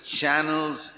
channels